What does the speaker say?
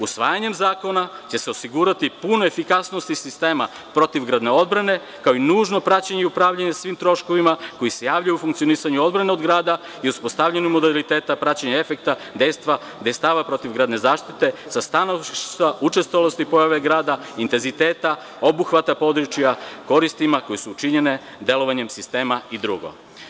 Usvajanjem zakona će se osigurati puna efikasnost sistema protivgradne odbrane, kao i nužno praćenje i upravljanje svim troškovima koji se javljaju u funkcionisanju odbrane od grada i uspostavljanju modaliteta praćenja efekta dejstava protivgradne zaštite, sa stanovišta učestalosti pojave grada, intenziteta, obuhvata područja koristima koje su učinjene delovanjem sistema i drugo.